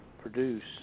produce